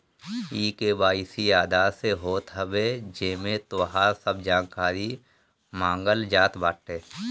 KYC Aadhaar से होत हवे जेमे तोहार सब जानकारी मांगल जात बाटे